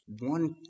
one